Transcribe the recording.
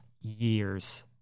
years